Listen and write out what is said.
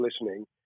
listening